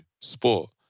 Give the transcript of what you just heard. sport